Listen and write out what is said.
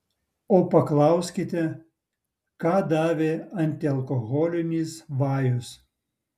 o paklauskite ką davė antialkoholinis vajus